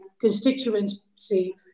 constituency